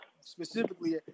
specifically